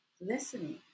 listening